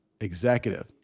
executive